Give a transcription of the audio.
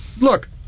look